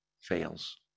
fails